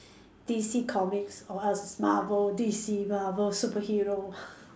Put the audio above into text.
D_C comics or else it's Marvel D_C Marvel superhero